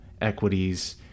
equities